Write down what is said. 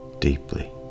Deeply